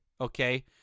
okay